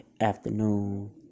afternoon